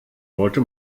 wollte